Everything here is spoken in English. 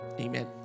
amen